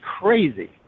crazy